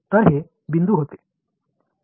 तर हे बिंदू होते